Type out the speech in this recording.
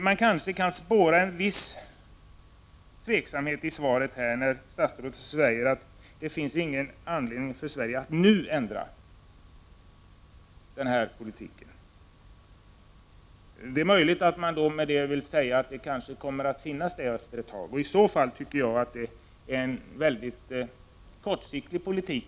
Man kanske kan spåra en viss tveksamhet i svaret när statsrådet säger att det inte finns någon anledning för Sverige att nu ändra sin politik. Det är möjligt att man med detta vill säga att det kanske kommer att finnas anledning senare. Om så är fallet tycker jag att man för en mycket kortsiktig politik.